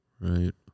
right